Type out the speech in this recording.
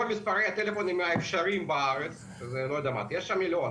מספרי הטלפון האפשריים בארץ שזה 9 מיליון,